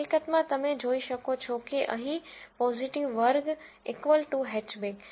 હકીકતમાં તમે જોઈ શકો છો કે અહીં પોઝીટિવ વર્ગ હેચબેક